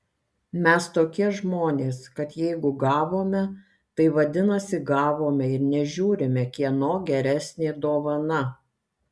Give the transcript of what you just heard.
mes tokie žmonės kad jeigu gavome tai vadinasi gavome ir nežiūrime kieno geresnė dovana